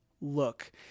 look